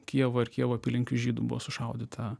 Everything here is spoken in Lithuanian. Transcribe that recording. kijevo ir kijevo apylinkių žydų buvo sušaudyta